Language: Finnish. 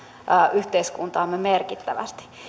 yhteiskuntaamme merkittävästi